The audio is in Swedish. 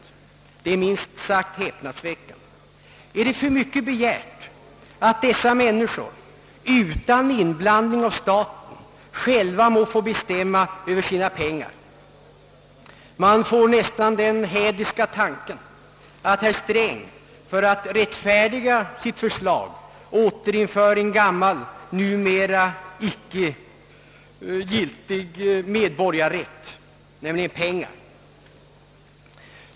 Är det för mycket begärt att dessa människor utan inblandning av staten själva får bestämma över sina pengar? Man får nästan den hädiska tanken att herr Sträng för att rättfärdiga sitt förslag återinför en gammal, numera icke giltig medborgarrätt, nämligen pengar.